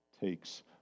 takes